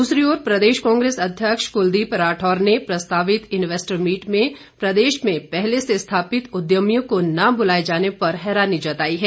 दूसरी और प्रदेश कांग्रेस अध्यक्ष कुलदीप राठौर ने प्रस्तावित इन्वेस्टर मीट में प्रदेश में पहले से स्थापित उद्यमियों को न बुलाए जाने पर हैरानी जताई है